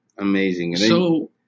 Amazing